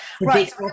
Right